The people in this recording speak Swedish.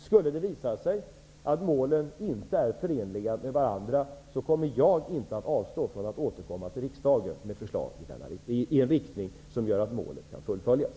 Skulle det visa sig att målen inte är förenliga med varandra kommer jag inte att avstå från att återkomma till riksdagen med förslag i en riktning som gör att målet kan fullföljas.